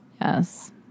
Yes